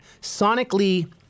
sonically